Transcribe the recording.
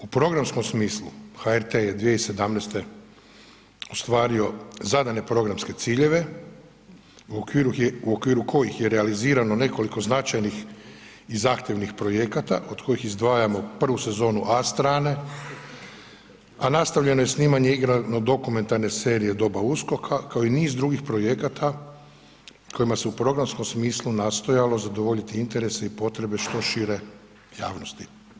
U programskom smislu HRT je 2017. ostvario zadane programske ciljeve u okviru kojih je realizirano nekoliko značajnih i zahtjevnih projekata, od kojih izdvajamo prvu sezonu A Strane, a nastavljeno je i snimanje igrano dokumentarne serije Doba Uskoka, kao i niz drugih projekata kojima se u programskom smislu nastojalo zadovoljiti interese i potrebe što šire javnosti.